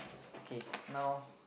okay now